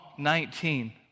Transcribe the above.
19